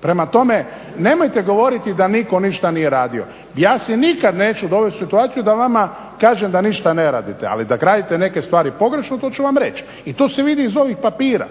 Prema tome, nemojte govoriti da nitko ništa nije radio. Ja si nikad neću dovesti u situaciju da vama kažem da ništa ne radite, ali da gradite neke stvari pogrešno, to ću vam reć i to se vidi iz ovih papira.